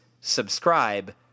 subscribe